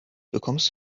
bekommst